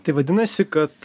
tai vadinasi kad